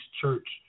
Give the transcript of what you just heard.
Church